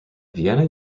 vienna